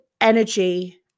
energy